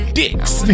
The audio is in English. dicks